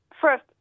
first